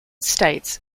states